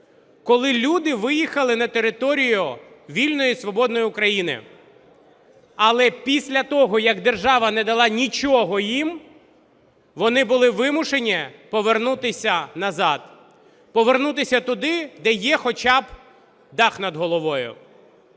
коли люди виїхали на територію вільної і свободної України. Але після того, як держава не дала нічого їм, вони були вимушені повернутися назад, повернутися туди, де є хоча би дах над головою.